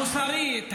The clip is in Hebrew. המוסרית,